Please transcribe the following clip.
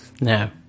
No